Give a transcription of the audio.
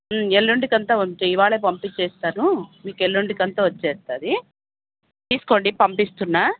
ఎల్లుండికంత ఇవాళే పంపించేస్తాను మీకు ఎల్లుండికంత వచ్చేస్తుంది తీసుకోండి పంపిస్తున్నాను